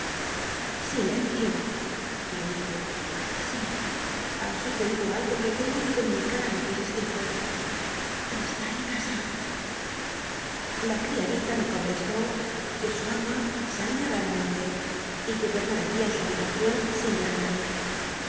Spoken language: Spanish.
silencio le dije si ha sucedido algo que tengo que comunicar ti mislless steerforth cst i en casa la criadita me contestó que su ama salia raramenle y que permanecía en su habilacion sin er á nadie